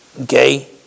okay